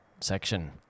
section